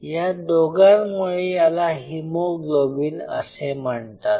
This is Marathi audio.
या दोघांमुळे याला हीमोग्लोबिन असे म्हणतात